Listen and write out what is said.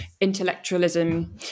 intellectualism